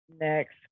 Next